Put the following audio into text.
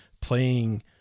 playing